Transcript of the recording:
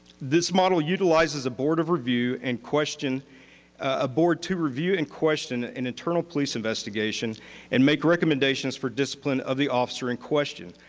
this model utilizes a board of review and question a board to review and question an internal police investigation and make recommendations for discipline of the officer in question.